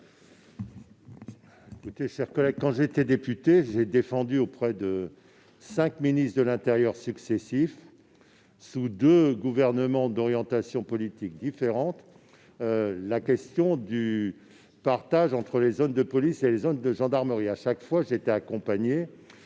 commission ? Lorsque j'étais député, j'ai défendu auprès de cinq ministres de l'intérieur successifs, sous deux gouvernements d'orientation politique différente, la question du partage entre les zones de police et les zones de gendarmerie. Chaque fois, j'étais accompagné